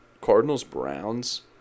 Cardinals-Browns